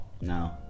No